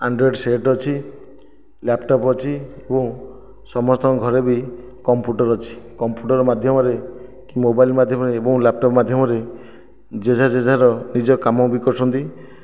Android set ଅଛି laptop ଅଛି ଏବଂ ସମସ୍ତଙ୍କ ଘରେ ବି କମ୍ପ୍ୟୁଟର ଅଛି କମ୍ପ୍ୟୁଟର ମାଧ୍ୟମରେ କି ମୋବାଇଲ ମାଧ୍ୟମରେ ଏବଂ ଲ୍ୟାପଟପ୍ ମାଧ୍ୟମରେ ଯେଝା ଯେଝାର ନିଜ କାମ ବି କରୁଛନ୍ତି